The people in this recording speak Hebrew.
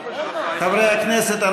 חברי הכנסת,